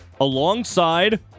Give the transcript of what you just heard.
alongside